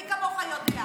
מי כמוך יודע,